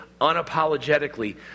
unapologetically